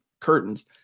curtains